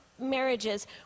marriages